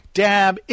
dab